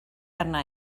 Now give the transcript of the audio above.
arna